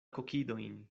kokidojn